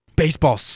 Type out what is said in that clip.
Baseball